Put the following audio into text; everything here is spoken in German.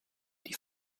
die